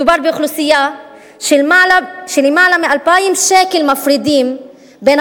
מדובר באוכלוסייה שלמעלה מ-2,000 שקל מפרידים בין